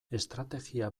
estrategia